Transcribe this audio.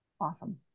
Awesome